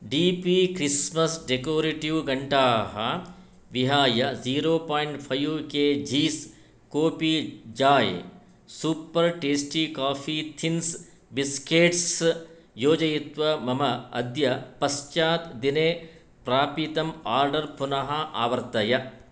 D P Christmas decorative घण्टां विहाय zero point five K Gs कोपि जाय् super tasty coffee thins biscuits योजयित्वा मम अद्य पश्चात् दिने प्रापितम् आर्डर् पुनः आवर्तय